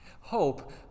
Hope